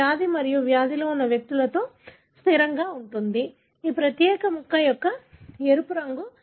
ఈ వ్యాధి మరియు వ్యాధి ఉన్న వ్యక్తులలో స్థిరంగా ఉంటుంది ఈ ప్రత్యేక ముక్క మరియు ఎరుపు రంగు